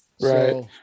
right